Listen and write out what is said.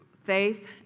faith